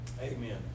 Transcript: Amen